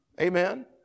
Amen